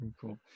Cool